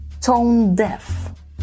tone-deaf